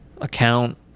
account